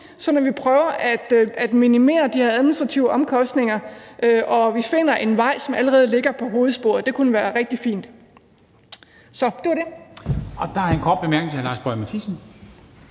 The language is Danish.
sådan at vi prøver at minimere de her administrative omkostninger, og sådan at vi finder en vej, som allerede ligger på hovedsporet. Det kunne være rigtig fint. Så det var det. Kl. 20:09 Formanden (Henrik Dam Kristensen):